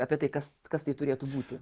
apie tai kas kas tai turėtų būti